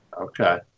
Okay